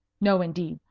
no, indeed.